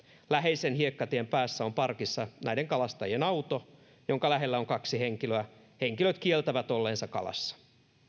läheisen hiekkatien päässä on parkissa näiden kalastajien auto jonka lähellä on kaksi henkilöä henkilöt kieltävät olleensa kalassa